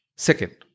Second